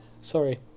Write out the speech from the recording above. sorry